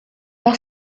par